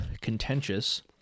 contentious